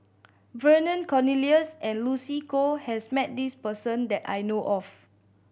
Vernon Cornelius and Lucy Koh has met this person that I know of